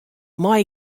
mei